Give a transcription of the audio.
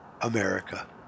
America